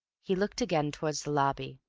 he looked again towards the lobby,